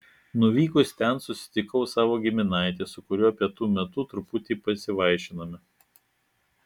nuvykus ten susitikau savo giminaitį su kuriuo pietų metu truputį pasivaišinome